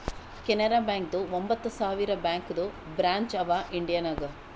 ಕೆನರಾ ಬ್ಯಾಂಕ್ದು ಒಂಬತ್ ಸಾವಿರ ಬ್ಯಾಂಕದು ಬ್ರ್ಯಾಂಚ್ ಅವಾ ಇಂಡಿಯಾ ನಾಗ್